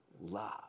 love